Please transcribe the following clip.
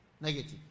Negative